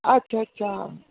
अच्छा अच्छा